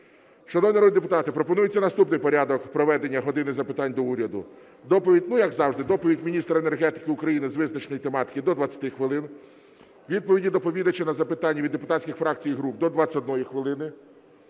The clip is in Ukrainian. народні депутати, пропонується наступний порядок проведення "години запитань до Уряду". Ну, як завжди, доповідь міністра енергетики України з визначеної тематики – до 20 хвилин. Відповіді доповідача на запитання від депутатських фракцій і груп – до 20 хвилини.